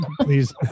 Please